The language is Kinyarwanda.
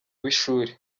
w’ishuri